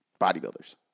Bodybuilders